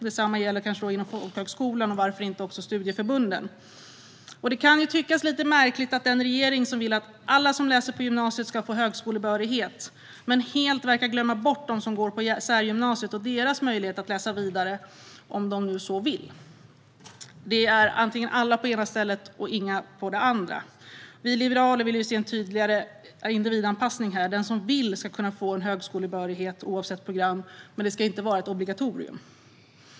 Detsamma gäller kanske inom folkhögskolan och studieförbunden. Det kan tyckas lite märkligt att en regering som vill att alla som läser på gymnasiet ska få högskolebehörighet helt verkar glömma bort de som går på särgymnasiet och deras möjligheter att läsa vidare, om de så vill. Det är antingen alla på det ena stället och inga på det andra. Vi liberaler vi se en tydligare individanpassning här. Den som vill ska kunna få en högskolebehörighet, oavsett program, men det ska inte vara ett obligatorium.